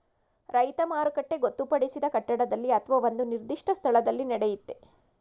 ರೈತ ಮಾರುಕಟ್ಟೆ ಗೊತ್ತುಪಡಿಸಿದ ಕಟ್ಟಡದಲ್ಲಿ ಅತ್ವ ಒಂದು ನಿರ್ದಿಷ್ಟ ಸ್ಥಳದಲ್ಲಿ ನಡೆಯುತ್ತೆ